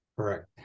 Correct